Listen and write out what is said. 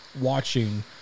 watching